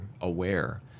aware